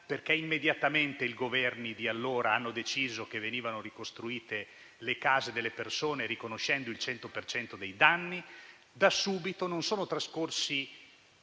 perché immediatamente i Governi di allora hanno deciso che venissero ricostruite le case delle persone riconoscendo il 100 per cento dei danni. Tutto ciò da subito. Non sono trascorsi